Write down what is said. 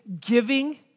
giving